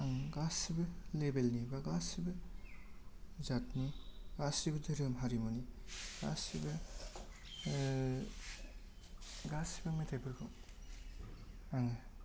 आंनि गासिबो लेबेल नि बा गासिबो जातनि गासिबो धोरोम हारिमुनि गासिबो गासिबो मेथाइफोरखौ आङो